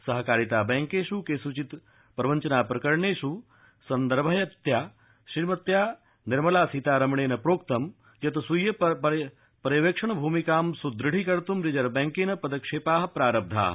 सहकारिता बैंकेष् केष् चित् प्रवञ्चना प्रकरणेष् सन्दर्भयन्त्या श्रीमती निर्मल सीतारमणेन प्रोक्त यत् स्वीय पर्यवेक्षण भूमिका सुदृढीकत्त् रिजर्व बैंकेन पदक्षेपाः प्राख्याः